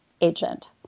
agent